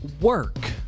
work